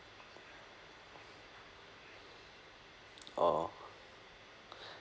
orh